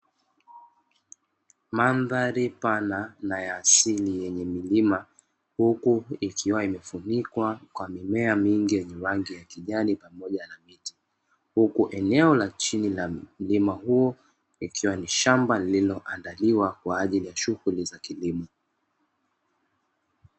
Mandhari pana na ya asili yenye milima, huku ikiwa imefunikwa na mimea mingi yenye rangi ya kijani kibichi pamoja na miti, huku eneo la chini la mlima huo, ikiwa ni shamba lililoandaliwa kwa ajili ya shughuli za kilimo.